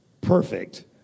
Perfect